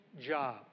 job